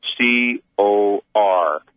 C-O-R